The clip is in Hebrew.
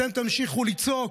אתם תמשיכו לצעוק,